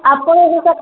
ଆପଣଙ୍କ